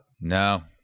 No